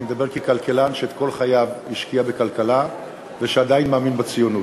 אני מדבר ככלכלן שאת כל חייו השקיע בכלכלה ושעדיין מאמין בציונות.